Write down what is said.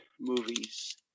movies